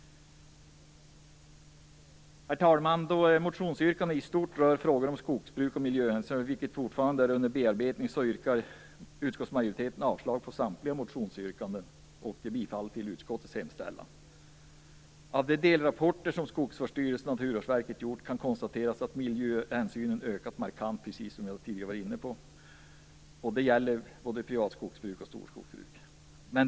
Herr talman! Då motionsyrkandena i stort rör frågor om skogsbruk och miljöhänsyn som fortfarande är under bearbetning yrkar utskottsmajoriteten avslag på samtliga motionsyrkanden och bifall till utskottets hemställan. Naturvårdsverket har gjort kan vi, precis som jag tidigare var inne på, konstatera att miljöhänsynen har ökat markant i både det privata skogsbruket och storskogsbruket.